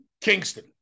Kingston